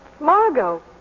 Margot